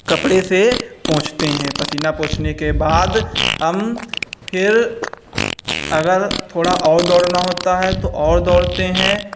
कपड़े से पोछते हैं पसीना पोछने के बाद हम फिर अगर थोड़ा और दौड़ना होना है तो और दौड़ते हैं